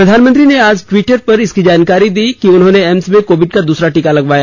प्रधानमंत्री ने आज ट्वीटर पर जानकारी दी कि उन्होंने एम्स में कोविड का दूसरा टीका लगवाया